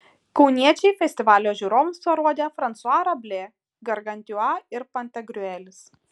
kauniečiai festivalio žiūrovams parodė fransua rablė gargantiua ir pantagriuelis